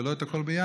ולא הכול יחד,